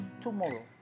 tomorrow